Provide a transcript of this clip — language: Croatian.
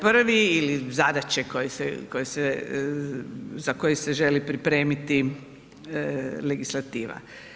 Prvi ili zadaće koje se za koje se želi pripremiti legislativa.